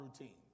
routine